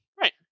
right